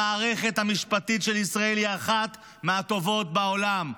המערכת המשפטית של ישראל היא אחת מהטובות בעולם.